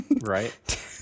Right